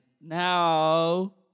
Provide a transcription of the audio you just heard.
now